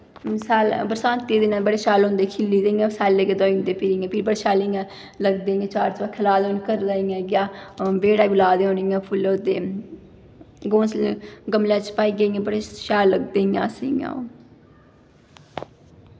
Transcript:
बरसांतीं दे दिनें बड़े शैल होंदे खिल्ली दे इ'यां सैल्ले गेदे होई जंदे फ्ही इ'यां बड़े शैल इ'यां लगदे इ'यां चाक चबक्खै लाए दे होन घरै इ'यां बेह्ड़ै बी लाए दे होन फुल्ल ओह्दे घोंसले गमलै च पाइयै इ'यां बड़े शैल लगदे इ'यां असेंगी इ'यां ओह्